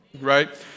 right